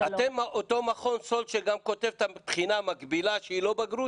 אתם אותו מכון סאלד שגם כותב את הבחינה המקבילה שהיא לא בגרות?